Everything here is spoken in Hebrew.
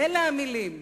באלה המלים.